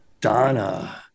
donna